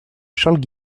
charles